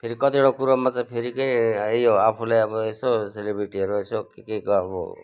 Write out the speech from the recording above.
फेरि कतिवटा कुरोमा चाहिँ फेरि के यो आफूलाई अब यसो सेलिब्रिटीहरू यसो के के